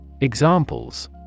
Examples